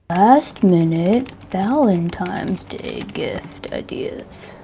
last minute valentimes day gift ideas.